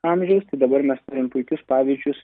amžiaus tai dabar mes turim puikius pavyzdžius